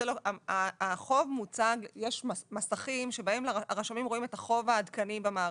יש מסכים שבהם הרשמים רואים את החוב העדכני במערכת,